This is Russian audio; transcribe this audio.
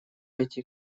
эти